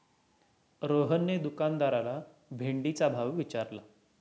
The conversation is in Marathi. रोहनने दुकानदाराला भेंडीचा भाव विचारला